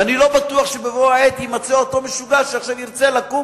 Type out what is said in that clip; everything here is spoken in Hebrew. ואני לא בטוח שבבוא העת יימצא אותו משוגע שירצה לקום